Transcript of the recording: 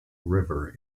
river